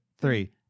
three